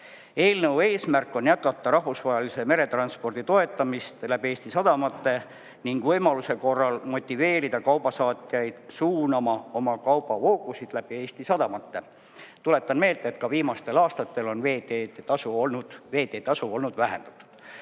Eelnõu eesmärk on jätkata rahvusvahelise meretranspordi toetamist läbi Eesti sadamate ning võimaluse korral motiveerida kaubasaatjaid suunama oma kaubavoogusid läbi nende. Tuletan meelde, et ka viimastel aastatel on veeteetasu olnud vähendatud.